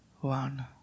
one